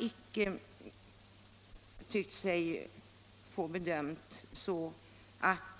Lagrådet har icke bedömt